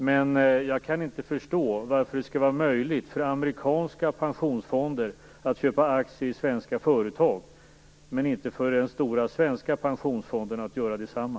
Men jag kan inte förstå varför det skall vara möjligt för amerikanska pensionsfonder att köpa aktier i svenska företag, medan det inte är möjligt för den stora svenska pensionsfonden att göra detsamma.